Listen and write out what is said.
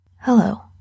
Hello